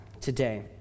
today